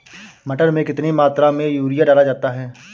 मटर में कितनी मात्रा में यूरिया डाला जाता है?